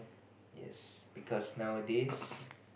yes because nowadays